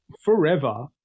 forever